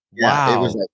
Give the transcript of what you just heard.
Wow